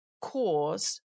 cause